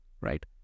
right